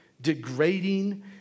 degrading